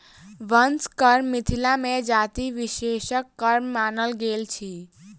बंस कर्म मिथिला मे जाति विशेषक कर्म मानल गेल अछि